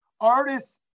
Artists